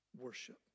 worship